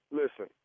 listen